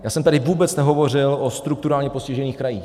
Já jsem tady vůbec nehovořil o strukturálně postižených krajích.